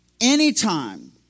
Anytime